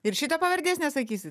ir šito pavardės nesakysit